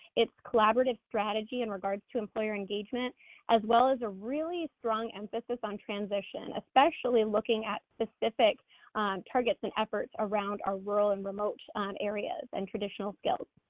it's collaborative strategy in regards to employer engagement as well as a really strong emphasis on transition, especially looking at specific targets and efforts around our rural and remote areas and traditional skills.